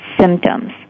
symptoms